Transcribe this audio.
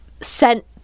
sent